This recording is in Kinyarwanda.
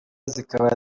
zikaba